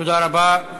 תודה רבה.